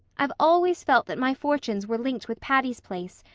i've always felt that my fortunes were linked with patty's place,